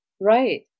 Right